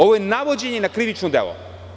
Ovo je navođenje na krivično delo.